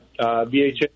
VHA